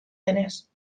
denez